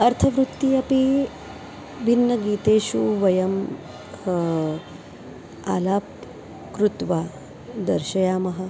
अर्थवृत्ति अपि भिन्नगीतेषु वयम् अलापनं कृत्वा दर्शयामः